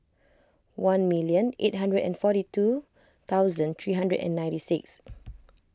one million eight hundred and forty two thousand three hundred and ninety six